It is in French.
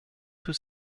tous